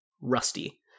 rusty